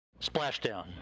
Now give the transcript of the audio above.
splashdown